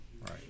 Right